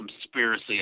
conspiracy